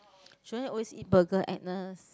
shouldn't always eat burger Agnes